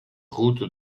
route